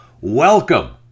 Welcome